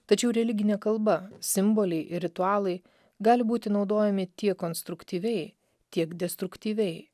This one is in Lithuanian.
tačiau religinė kalba simboliai ir ritualai gali būti naudojami tiek konstruktyviai tiek destruktyviai